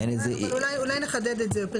אבל אולי נחדד את זה יותר.